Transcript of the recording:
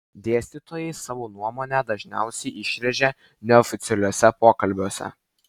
dėstytojai savo nuomonę dažniausiai išrėžia neoficialiuose pokalbiuose